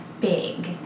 big